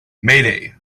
mayday